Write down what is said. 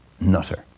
nutter